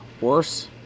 worse